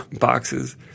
boxes